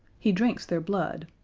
he drinks their blood.